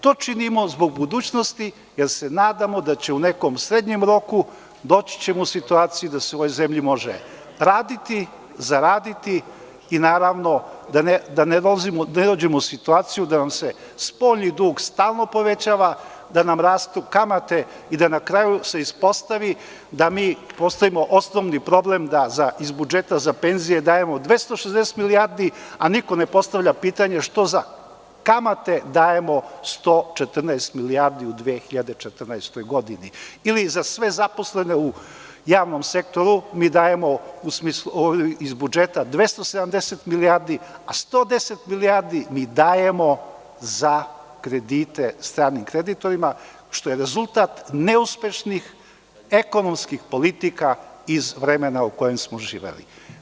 To činimo zbog budućnosti, jer se nadamo da ćemo u nekom srednjem roku doći u situaciju da se u ovoj zemlji može raditi, zaraditi i, naravno, da ne dođemo u situaciju da nam se spoljni dug stalno povećava, da nam rastu kamate i da se na kraju ispostavi da mi postavimo osnovni problem da za iz budžeta za penzije dajemo 260 milijardi, a niko ne postavlja pitanje što za kamate dajemo 114 milijardi u 2014. godini, ili za sve zaposlene u javnom sektoru mi dajemo iz budžeta 270 milijardi, a 110 milijardi mi dajemo za kredite stranim kreditorima, što je rezultat neuspešnih ekonomskih politika iz vremena u kojem smo živeli.